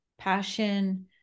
passion